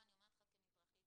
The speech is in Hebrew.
אני אומרת לך כמזרחית,